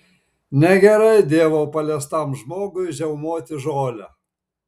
negerai dievo paliestam žmogui žiaumoti žolę